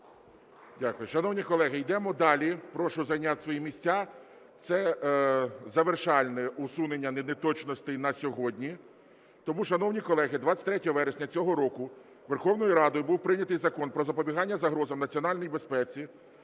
Дякую. Шановні колеги, йдемо далі, прошу зайняти свої місця. Це завершальне усунення неточностей на сьогодні. Тому, шановні колеги, 23 вересня цього року Верховною Радою був прийнятий Закон про запобігання загрозам національній безпеці,